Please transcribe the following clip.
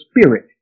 spirit